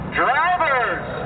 drivers